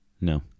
No